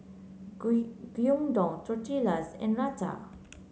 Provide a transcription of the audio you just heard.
Gyudon Tortillas and Raita